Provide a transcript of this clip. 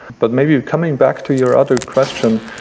but maybe you coming back to your other question,